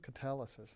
catalysis